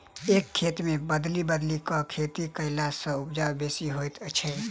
एक खेत मे बदलि बदलि क खेती कयला सॅ उपजा बेसी होइत छै